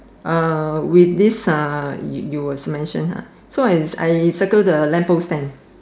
with this you you was mention [huh] so I circle the lamp post then